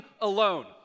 alone